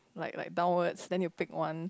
like like downwards then you pick one